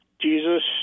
Jesus